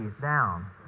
down